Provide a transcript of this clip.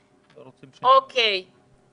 מוכרים, ריבונו של עולם?